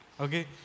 okay